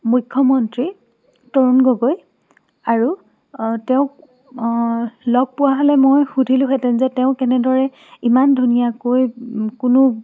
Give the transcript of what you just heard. মুখ্যমন্ত্ৰী তৰুণ গগৈ আৰু তেওঁক লগ পোৱা হ'লে মই সুধিলোহে'তেন যে তেওঁ কেনেদৰে ইমান ধুনীয়াকৈ কোনো